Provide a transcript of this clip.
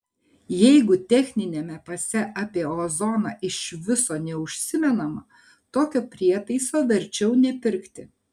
jeigu techniniame pase apie ozoną iš viso neužsimenama tokio prietaiso verčiau nepirkti